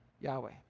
Yahweh